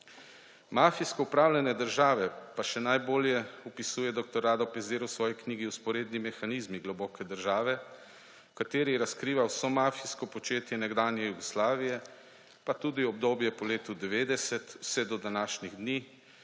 Mafijsko upravljanje države pa še najbolje opisuje dr. Rado Pezdir v svoji knjigi Vzporedni mehanizmi globoke države, v kateri razkriva vso mafijsko početje nekdanje Jugoslavije pa tudi obdobje po letu 1990 vse do današnjih dni,